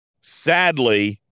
Sadly